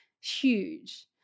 Huge